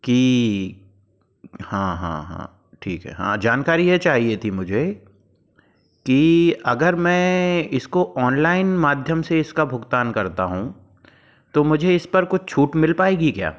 कि हाँ हाँ हाँ ठीक है हाँ जानकारी ये चाहिए थी मुझे कि अगर मैं इसको ऑनलाइन माध्यम से इसका भुगतान करता हूँ तो मुझे इस पर कुछ छूट मिल पाएगी क्या